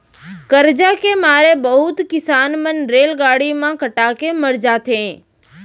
करजा के मारे बहुत किसान मन रेलगाड़ी म कटा के मर जाथें